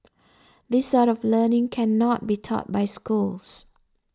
this sort of learning cannot be taught by schools